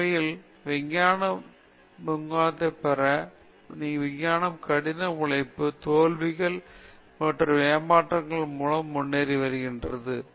உண்மையில் விஞ்ஞான முன்னேற்றத்தை நீங்கள் பார்த்தால் விஞ்ஞானம் கடின உழைப்பு தோல்விகளை மற்றும் ஏமாற்றங்கள் மூலம் முன்னேறி வருகிறது